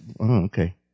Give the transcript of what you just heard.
okay